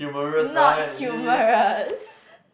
not humorous